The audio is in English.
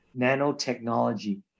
nanotechnology